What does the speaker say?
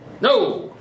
No